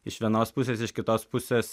iš vienos pusės iš kitos pusės